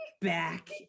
back